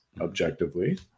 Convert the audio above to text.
objectively